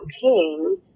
King